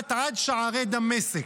מגעת עד שערי דמשק".